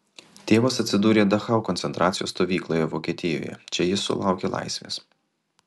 tėvas atsidūrė dachau koncentracijos stovykloje vokietijoje čia jis sulaukė laisvės